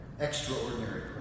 Extraordinary